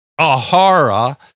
Ahara